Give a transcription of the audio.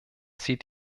sieht